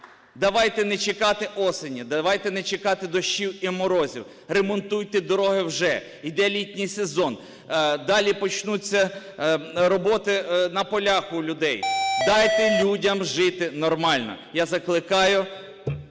Давайте не чекати осені, давайте не чекати дощів і морозів, ремонтуйте дороги вже. Іде літній сезон, далі почнуться роботи на полях у людей. Дайте людям жити нормально. Я закликаю